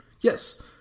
Yes